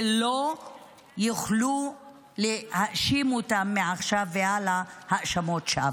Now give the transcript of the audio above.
ולא יוכלו להאשים אותם מעכשיו והלאה האשמות שווא.